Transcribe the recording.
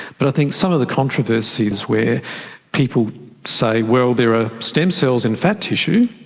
but i think some of the controversies where people say well there are stem cells in fat tissue,